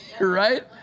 right